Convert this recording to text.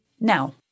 Now